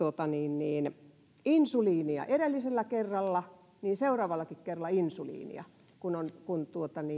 insuliinia edellisellä kerralla niin seuraavallakin kerralla insuliinia kun on kun